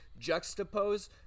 juxtapose